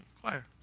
Choir